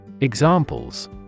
Examples